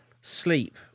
sleep